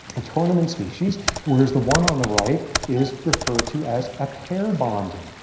a tournament species, whereas the one on the right is referred to as a pair bonding,